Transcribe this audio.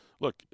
look